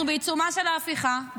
אנחנו בעיצומה של ההפיכה,